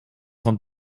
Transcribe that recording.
von